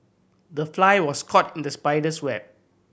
the fly was caught in the spider's web